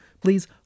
Please